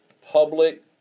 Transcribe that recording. public